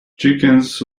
chickens